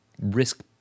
risk